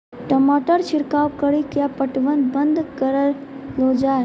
टमाटर छिड़काव कड़ी क्या पटवन बंद करऽ लो जाए?